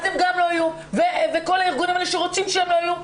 הם לא יהיו וכל הארגונים שרוצים שהם לא יהיו,